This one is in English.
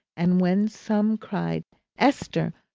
and when some cried, esther,